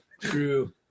True